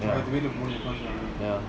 ya ya